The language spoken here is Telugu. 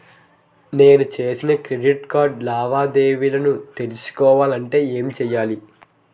నేను చేసిన క్రెడిట్ కార్డ్ లావాదేవీలను తెలుసుకోవాలంటే ఏం చేయాలి?